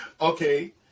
Okay